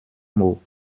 mot